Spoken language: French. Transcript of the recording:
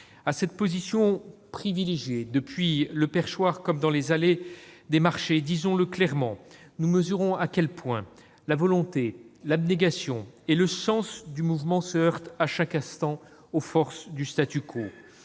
cette position privilégiée, à cette tribune comme dans les allées des marchés, nous mesurons à quel point la volonté, l'abnégation et le sens du mouvement se heurtent à chaque instant aux forces du statu quo.